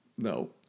No